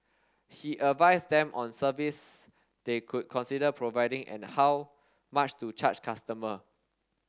he advised them on service they could consider providing and how much to charge customer